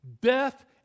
Death